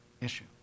issue